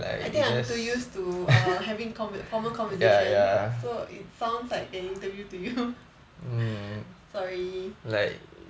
I think I'm too used to err having conve~ formal conversation so it sounds like an interview to you sorry